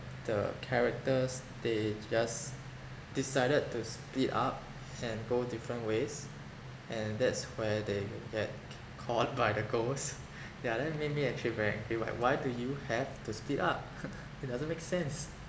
the characters they just decided to split up and go different ways and that's where they get caught by the ghosts yeah that make me actually very angry like why do you have to split up it doesn't make sense